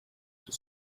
his